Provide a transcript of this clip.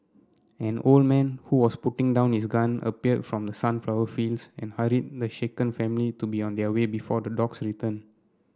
an old man who was putting down his gun appeared from the sunflower fields and hurried the shaken family to be on their way before the dogs return